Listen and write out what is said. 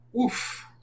oof